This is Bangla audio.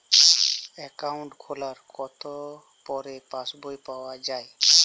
অ্যাকাউন্ট খোলার কতো পরে পাস বই পাওয়া য়ায়?